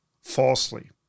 falsely